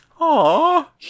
Aw